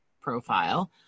profile